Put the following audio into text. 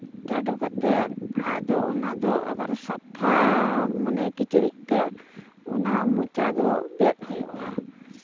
ᱪᱟᱰᱚ ᱠᱟᱛᱮᱫ ᱟᱫᱚ ᱚᱱᱟ ᱫᱚ ᱟᱵᱟᱨ ᱥᱟᱯᱷᱟ ᱢᱟᱱᱮ ᱠᱤᱪᱨᱤᱪ ᱛᱮ ᱚᱱᱟ ᱢᱚᱪᱟ ᱫᱚ ᱵᱮᱫ ᱦᱩᱭᱩᱜᱼᱟ